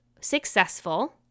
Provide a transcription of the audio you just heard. successful